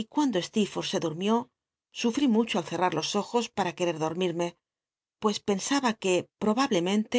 y cuando stecrfor'lh se durmió sufl'i mucho al cectac los ojos para rucrec dormirme pues pensaba que probablemente